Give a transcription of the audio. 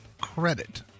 credit